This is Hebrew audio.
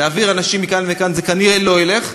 להעביר אנשים מכאן לכאן זה כנראה לא ילך,